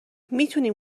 میتونیم